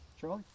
Charlie